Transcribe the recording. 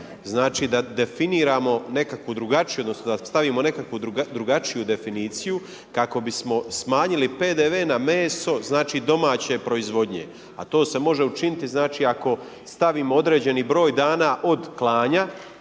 mudrije da definiramo nekakvu drugačiju odnosno da stavimo nekakvu drugačiju definiciju kako bismo smanjili PDV na meso domaće proizvodnje? A to se može učiniti ako stavimo određeni broj dana od klanja,